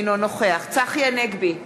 אינו נוכח צחי הנגבי,